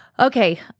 Okay